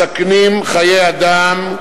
מסכנים חיי אדם,